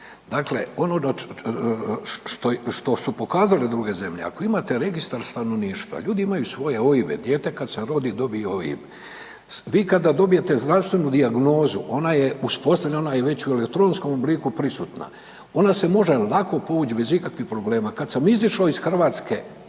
Dakle, ono što su pokazale druge zemlje, ako imate registar stanovništva, ljudi imaju svoje OIB-e, dijete kad se rodi dobije OIB. Vi kada dobijete znanstvenu dijagnozu, ona je uspostavljena, ona je već u elektronskom obliku prisutna, ona se može lako povuć bez ikakvih problema. Kad sam izišo iz Hrvatske,